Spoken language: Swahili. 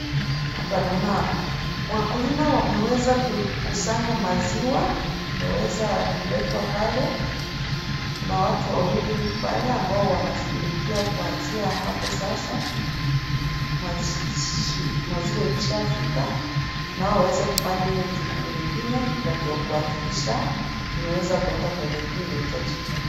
Hapa naona wakulima wameweza kukusanya maziwa. Imeweza kuletwa pale, kuna watu wawili pale ambao wanashughulikia kuanzia hapo sasa maziwa ikishafika nao waweze kufanya hiyo jukumu lingine la kuhakikisha imeweza kuenda kwenye ilikuwa inahitajika.